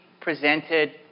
presented